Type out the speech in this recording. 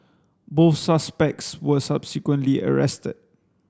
both suspects were subsequently arrested